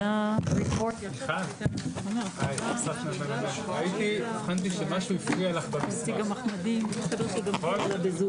הישיבה ננעלה בשעה 12:30.